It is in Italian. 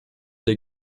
dei